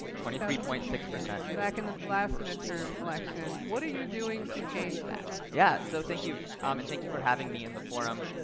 twenty three point six. back in the last midterm election. what are you doing to change that? yeah, so thank you, um and thank you for having me in the forum.